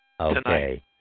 Okay